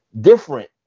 different